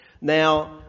Now